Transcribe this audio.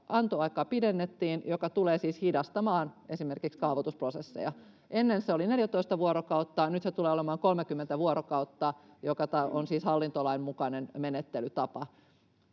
antoaikaa, pidennettiin, mikä tulee siis hidastamaan esimerkiksi kaavoitusprosesseja. Ennen se oli 14 vuorokautta, nyt se tulee olemaan 30 vuorokautta, mikä on siis hallintolain mukainen menettelytapa.